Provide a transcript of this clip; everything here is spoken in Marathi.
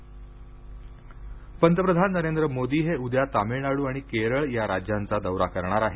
पंतप्रधान दौरा पंतप्रधान नरेंद्र मोदी हे उद्या तमिळनाडू आणि केरळ या राज्यांचा दौरा करणार आहेत